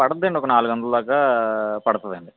పడుద్దండి ఒక నాలుగొందల దాకా పడుతుందండి